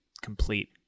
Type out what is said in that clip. complete